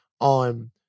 on